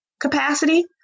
capacity